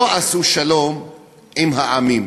לא עשו שלום עם העמים,